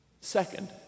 Second